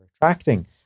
attracting